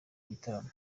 igitaramo